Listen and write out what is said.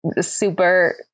super